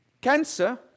cancer